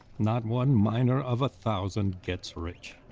not one miner of a thousand gets rich.